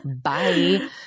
Bye